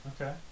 Okay